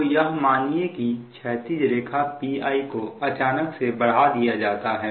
तो यह मानिए कि क्षैतिज रेखा Pi को अचानक से बढ़ा दिया जाता है